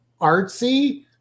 artsy